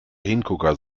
hingucker